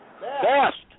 Best